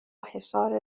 حصار